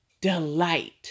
delight